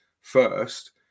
first